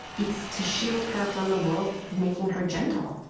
it's to shield her from the world making her gentle.